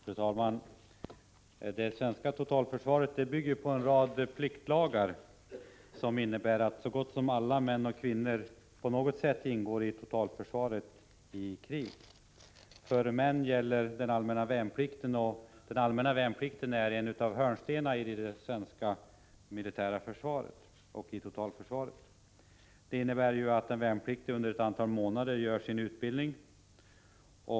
Fru talman! Det svenska totalförsvaret bygger på en rad pliktlagar, som innebär att så gott som alla män och kvinnor på något sätt ingår i totalförsvaret i krig. För män gäller den allmänna värnplikten. Den är en av grundstenarna i det svenska militära försvaret och i totalförsvaret. Den allmänna värnplikten innebär att en värnpliktig under ett antal månader skall fullgöra sin utbildning.